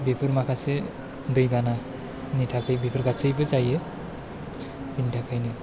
बेफोर माखासे दैबानानि थाखाय बेफोर गासैबो जायो बेनि थाखायनो